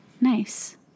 nice